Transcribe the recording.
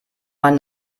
man